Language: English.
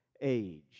age